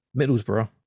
Middlesbrough